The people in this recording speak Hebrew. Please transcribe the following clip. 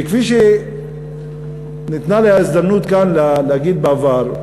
וכפי שניתנה לי ההזדמנות כאן להגיד בעבר,